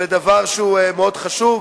זה דבר שהוא מאוד חשוב.